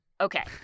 Okay